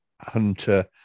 Hunter